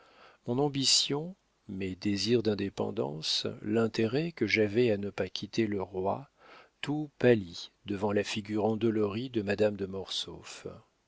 mon ambition mes désirs d'indépendance l'intérêt que j'avais à ne pas quitter le roi tout pâlit devant la figure endolorie de madame de